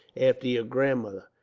after your grandmother.